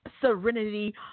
Serenity